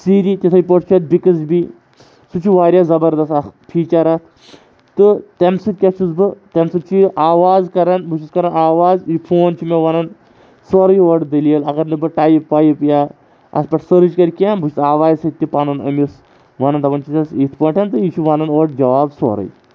سِری تِتھَے پٲٹھۍ چھُ اَتھ بِکسبی سُہ چھُ واریاہ زَبردس اَکھ فیٖچَر اَتھ تہٕ تَمہِ سۭتۍ کیاہ چھُس بہٕ تَمہِ سۭتۍ چھُ یہِ آواز کَران بہٕ چھُس کَران آواز یہِ فون چھِ مےٚ وَنان سورُے اورٕ دٔلیٖل اگر نہٕ بہٕ ٹایپ وایپ یا اَتھ پٮ۪ٹھ سٔرٕچ کَرٕ کینٛہہ بہٕ چھُس آوازِ سۭتۍ تہِ پَنُن أمِس وَنان دَپان چھُسٮ۪س یِتھ پٲٹھ تہٕ یہِ چھُ وَنان اورٕ جواب سورُے